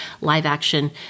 live-action